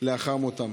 לאחר מותם.